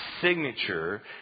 signature